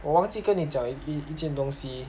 我忘记跟你讲一一件东西